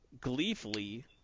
gleefully